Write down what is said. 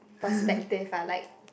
perspective ah like